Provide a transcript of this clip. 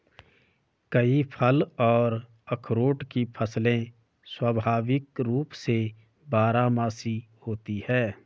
कई फल और अखरोट की फसलें स्वाभाविक रूप से बारहमासी होती हैं